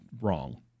wrong